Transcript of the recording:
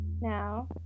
Now